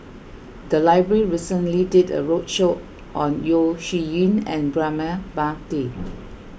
the library recently did a roadshow on Yeo Shih Yun and Braema Mathi